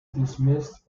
dismissed